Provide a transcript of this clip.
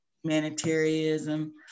humanitarianism